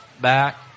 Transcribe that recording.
back